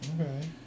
Okay